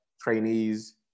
trainees